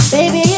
Baby